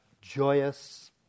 joyous